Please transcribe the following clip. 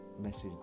message